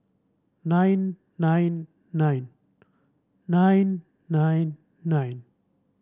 nine nine nine nine nine nine